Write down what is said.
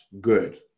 good